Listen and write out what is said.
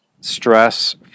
stress